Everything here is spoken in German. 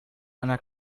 einer